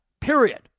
period